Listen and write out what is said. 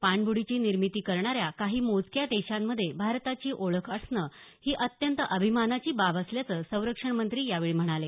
पाणब्डीची निर्मिती करणाऱ्या काही मोजक्या देशांमध्ये भारताची ओळख असणं ही अत्यंत अभिमानाची बाब असल्याचं संरक्षणमंत्री यावेळी म्हणाले